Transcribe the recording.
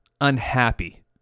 unhappy